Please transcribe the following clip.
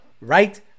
right